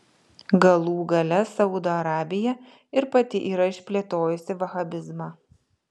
galų gale saudo arabija ir pati yra išplėtojusi vahabizmą